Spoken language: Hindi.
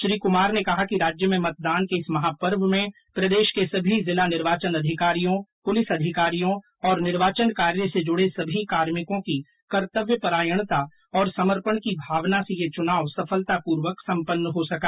श्री कुमार ने कहा कि राज्य में मतदान के इस महापर्व में प्रदेश के सभी जिला निर्वाचन अधिकारियों पुलिस अधिकारियों और निर्वाचन कार्य से जुड़े सभी कार्मिकों की कर्तव्यपरायणता और समर्पण की भावना से ये चुनाव सफलतापूर्वक संपन्न हो सका